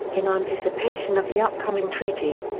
in anticipation of the upcoming treaty.